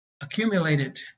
accumulated